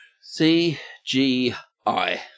C-G-I